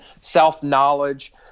self-knowledge